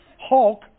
Hulk